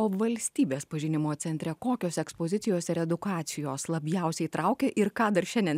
o valstybės pažinimo centre kokios ekspozicijos ir edukacijos labiausiai traukia ir ką dar šiandien